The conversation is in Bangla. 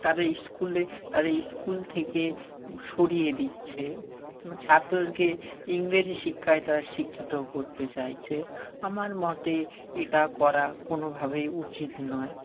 তাদের স্কুলে তাদের স্কুল থেকে সরিয়ে দিচ্ছে ছাত্রকে ইংরেজি শিক্ষায় তারা শিক্ষিত করতে চাইছে আমার মতে এটা করা কোনোভাবেই উচিত নয়